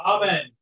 Amen